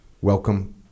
welcome